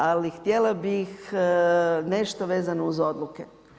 Ali htjela bih nešto vezano uz odluke.